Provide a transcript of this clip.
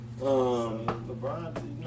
LeBron